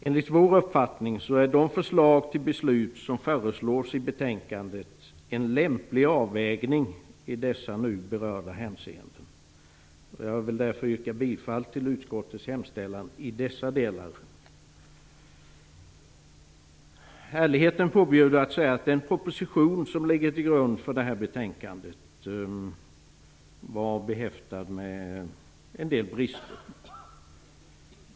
Enligt vår uppfattning är de förslag till beslut som föreslås i betänkandet en lämplig avvägning i dessa nu berörda hänseenden. Jag vill därför yrka bifall till utskottets hemställan i dessa delar. Ärligheten påbjuder mig att säga att den proposition som ligger till grund för det här betänkandet var behäftad med en del brister.